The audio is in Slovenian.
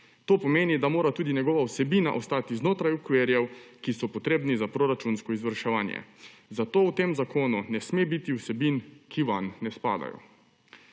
To pomeni, da mora tudi njegova vsebina ostati znotraj okvirov, ki so potrebni za proračunsko izvrševanje. Zato v tem zakonu ne sme biti vsebin, ki vanj ne spadajo.